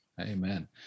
Amen